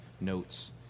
notes